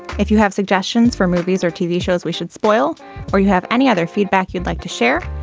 if you have suggestions for movies or tv shows we should spoil or you have any other feedback you'd like to share.